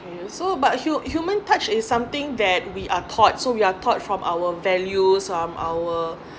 and so but hu~ human touch is something that we are taught so we are taught from our values from our